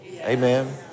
Amen